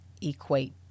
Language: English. equate